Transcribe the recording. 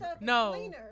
No